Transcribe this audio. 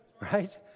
right